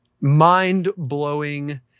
mind-blowing